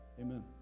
Amen